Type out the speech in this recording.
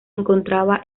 encontraba